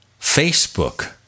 Facebook